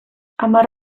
hamar